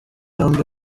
yombi